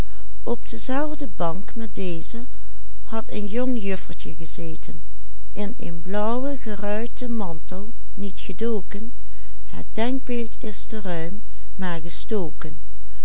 in een blauwen geruiten mantel niet gedoken het denkbeeld is te ruim maar